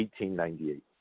1898